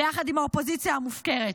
ביחד עם האופוזיציה המופקרת?